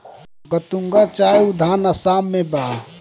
गतूंगा चाय उद्यान आसाम में बा